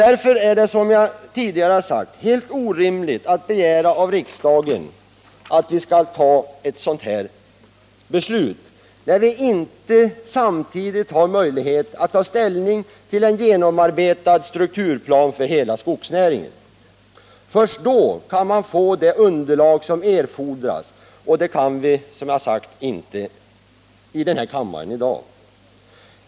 Därför är det, som jag redan sagt, helt orimligt att begära av riksdagen att den skall fatta ett sådant beslut, när den inte samtidigt har möjlighet att ta ställning till en genomarbetad strukturplan för hela skogsnäringen. Först med en sådan plan får vi det underlag som erfordras, och den har vi som sagt inte i dag.